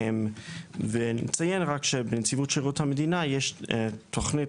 נציין שבנציבות שירות המדינה יש תוכנית